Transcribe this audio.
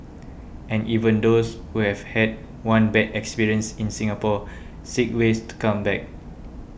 and even those who have had one bad experience in Singapore seek ways to come back